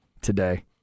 today